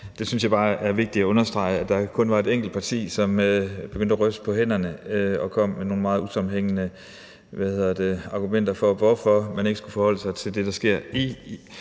Det synes jeg bare er vigtigt at understrege. Der var kun et enkelt parti, som begyndte at ryste på hænderne og kom med nogle meget usammenhængende argumenter for, hvorfor man ikke skulle forholde sig til det, der sker i